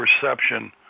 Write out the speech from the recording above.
perception